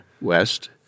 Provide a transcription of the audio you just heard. west